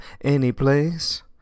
anyplace